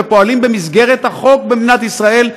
ופועלים במסגרת החוק במדינת ישראל,